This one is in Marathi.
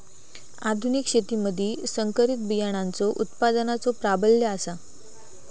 आधुनिक शेतीमधि संकरित बियाणांचो उत्पादनाचो प्राबल्य आसा